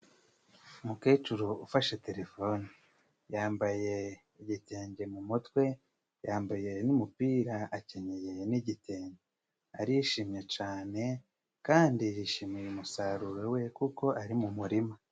Umukecuru ufashe telefone, yambaye igitenge mu mutwe, yambaye n’umupira, akenyeye n’igitenge. Arishimye cane kandi yishimiye umusaruro we kuko ari mu murima.